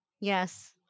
Yes